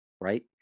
Right